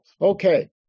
Okay